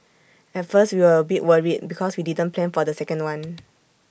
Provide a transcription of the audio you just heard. at first we were A bit worried because we didn't plan for the second one